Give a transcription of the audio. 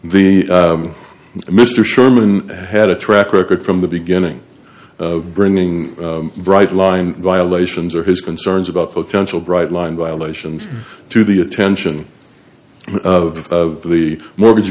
the mr sherman had a track record from the beginning bringing a bright line violations or his concerns about potential bright line violations to the attention of the mortgage